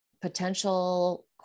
potential